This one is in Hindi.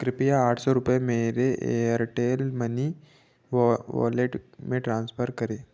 कृपया आठ सौ रुपये मेरे एयरटेल मनी वॉलेट में ट्रांसफर करें